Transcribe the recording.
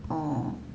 oh